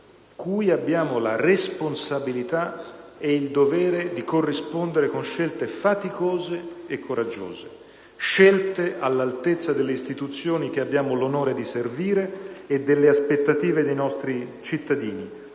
cui abbiamo la responsabilità e il dovere di corrispondere con scelte faticose e coraggiose: scelte all'altezza delle istituzioni che abbiamo l'onore di servire e delle aspettative dei nostri cittadini,